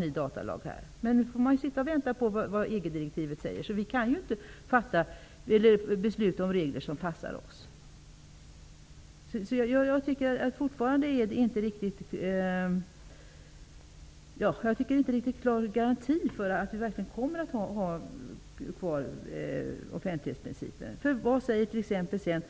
ny datalag. Nu får vi sitta och vänta på vad EG-direktivet säger. Vi kan inte besluta om regler som passar oss. Jag tycker fortfarande att det inte finns någon tillräcklig garanti för att vi kommer att ha kvar offentlighetsprincipen.